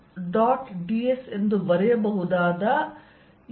ds ಎಂದು ಬರೆಯಬಹುದಾದ E